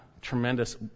tremendous